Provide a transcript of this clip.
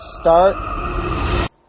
start